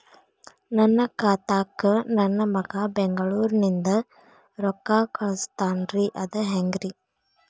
ನನ್ನ ಖಾತಾಕ್ಕ ನನ್ನ ಮಗಾ ಬೆಂಗಳೂರನಿಂದ ರೊಕ್ಕ ಕಳಸ್ತಾನ್ರಿ ಅದ ಹೆಂಗ್ರಿ?